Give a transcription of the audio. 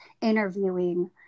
interviewing